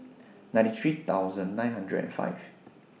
ninety three thousand nine hundred and five